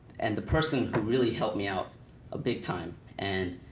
and the person who really helped me out big time and